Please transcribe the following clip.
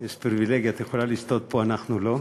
יש פריבילגיה, את יכולה לשתות פה, אנחנו לא.